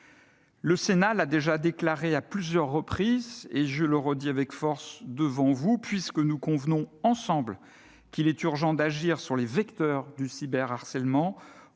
Le Sénat l'a déjà affirmé à plusieurs reprises, et je le redis avec force devant vous : puisque nous convenons tous qu'il est urgent d'agir sur les vecteurs du cyberharcèlement,